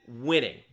winning